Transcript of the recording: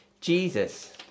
Jesus